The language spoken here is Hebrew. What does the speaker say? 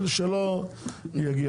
שלא יגיע.